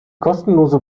kostenlose